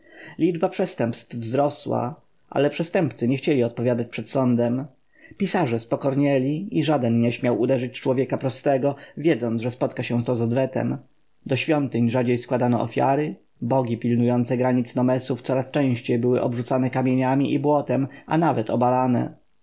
liczba przestępstw wzrosła ale przestępcy nie chcieli odpowiadać przed sądem pisarze spokornieli i żaden nie śmiał uderzyć człowieka prostego wiedząc że spotka się z odwetem do świątyń rzadziej składano ofiary bogi pilnujące granic nomesów coraz częściej były obrzucane kamieniami i błotem a nawet obalane